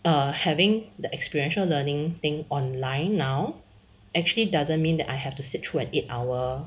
err having the experiential learning thing online now actually doesn't mean that I have to sit through an eight hour